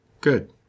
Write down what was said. Good